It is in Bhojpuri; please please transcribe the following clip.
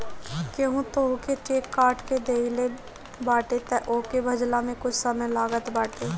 केहू तोहके चेक काट के देहले बाटे तअ ओके भजला में कुछ समय लागत बाटे